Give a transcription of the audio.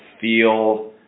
feel